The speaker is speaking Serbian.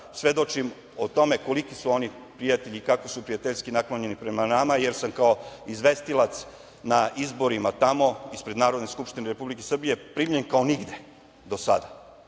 svedočim o tome koliki su oni prijatelji i kako su prijateljski naklonjeni prema nama, jer sam kao izvestilac na izborima tamo ispred Narodne skupštine Republike Srbije, primljen kao nigde do sada.